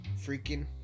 freaking